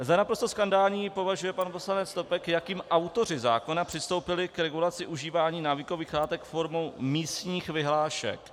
Za naprosto skandální považuje pan poslanec Snopek , jakým autoři zákona přistoupili k regulaci užívání návykových látek formou místních vyhlášek.